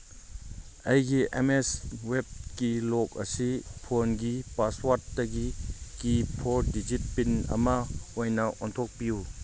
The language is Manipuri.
ꯑꯩꯒꯤ ꯑꯦꯝ ꯃꯦꯁ ꯋꯦꯞꯀꯤ ꯂꯣꯛ ꯑꯁꯤ ꯐꯣꯟꯒꯤ ꯄꯥꯁꯋꯥꯔꯠꯇꯒꯤ ꯀꯤ ꯐꯣꯔ ꯗꯤꯖꯤꯠ ꯄꯤꯟ ꯑꯃ ꯑꯣꯏꯅ ꯑꯣꯟꯊꯣꯛꯄꯤꯌꯨ